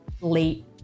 late